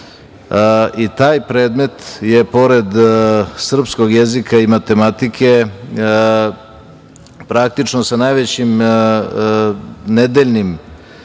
i taj predmet je pored srpskog jezika i matematike praktično sa najvećim nedeljnim